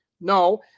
no